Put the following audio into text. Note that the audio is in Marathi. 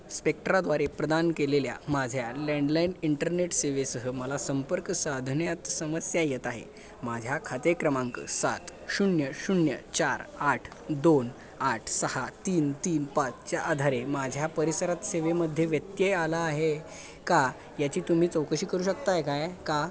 स्पेक्ट्राद्वारे प्रदान केलेल्या माझ्या लँडलाईन इंटरनेट सेवेसह मला संपर्क साधण्यात समस्या येत आहे माझ्या खाते क्रमांक सात शून्य शून्य चार आठ दोन आठ सहा तीन तीन पाचच्या आधारे माझ्या परिसरात सेवेमध्ये व्यत्यय आला आहे का याची तुम्ही चौकशी करू शकत आहे काय का